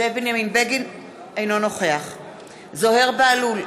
אינו נוכח זוהיר בהלול,